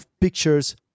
pictures